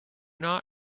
not